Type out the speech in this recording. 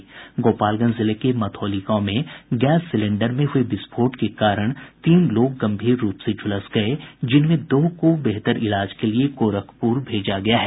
गोपालगंज जिले के मथौली गांव में गैस सिलेंडर में हुए विस्फोट के कारण तीन लोग गंभीर रूप से झुलस गये जिनमें दो को बेहतर इलाज के लिए गोरखपुर भेजा गया है